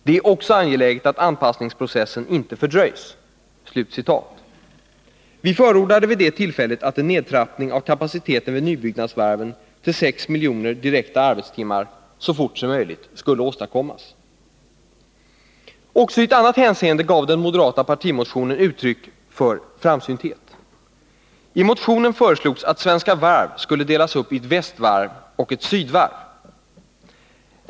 Det är också angeläget att anpassningsprocessen inte fördröjs.” Vi förordade vid det tillfället att en nedtrappning av kapaciteten vid nybyggnadsvarven till 6 miljoner direkta arbetstimmar så fort som möjligt skulle åstadkommas. Också i ett annat hänseende gav den moderata partimotionen uttryck för framsynthet. I motionen föreslogs att Svenska Varv skulle delas upp i ett Västvarv och ett Sydvarv.